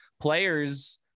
players